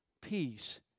Peace